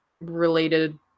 related